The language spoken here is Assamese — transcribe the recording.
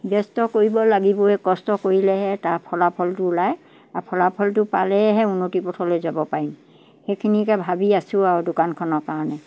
ব্যস্ত কৰিব লাগিবই কষ্ট কৰিলেহে তাৰ ফলাফলটো ওলায় আৰু ফলাফলটো পালেহে উন্নতি পথলৈ যাব পাৰিম সেইখিনিকে ভাবি আছোঁ আৰু দোকানখনৰ কাৰণে